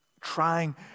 trying